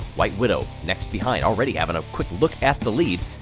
white widow next behind, already having a quick look at the lead,